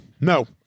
no